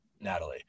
Natalie